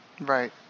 Right